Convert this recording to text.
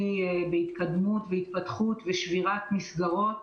משמעותי מאוד בהתקדמות והתפתחות ושבירת מסגרות,